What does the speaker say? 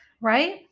right